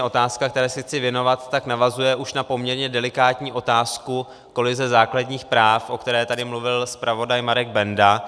Otázka, které se chci věnovat, navazuje už na poměrně delikátní otázku kolize základních práv, o které tady mluvil zpravodaj Marek Benda.